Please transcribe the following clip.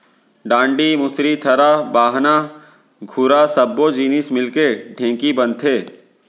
डांड़ी, मुसरी, थरा, बाहना, धुरा सब्बो जिनिस मिलके ढेंकी बनथे